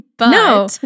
No